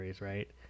right